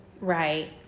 Right